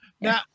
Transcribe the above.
now